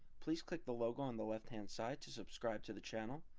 please click the logo on the left-hand side to subscribe to the channel.